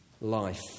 life